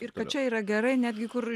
ir kad čia yra gerai netgi kur